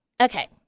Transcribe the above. okay